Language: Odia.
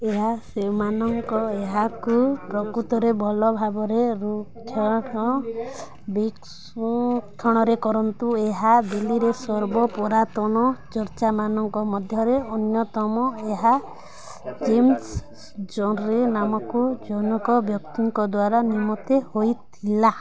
ଏହା ସେମାନଙ୍କ ଏହାକୁ ପ୍ରକୃତରେ ଭଲ ଭାବରେ ରୁକ୍ଷକ ବିକସ୍ନୁକ୍ଷଣରେ କରନ୍ତି ଏହା ଦିଲ୍ଲୀରେ ସର୍ବ ପୁରାତନ ଚର୍ଚ୍ଚମାନଙ୍କ ମଧ୍ୟରେ ଅନ୍ୟତମ ଏହା ଜେମ୍ସ ଜନ୍ରେ ନାମକ ଜନୈକ ବ୍ୟକ୍ତିଙ୍କ ଦ୍ୱାରା ନିମତେ ହେଇଥିଲା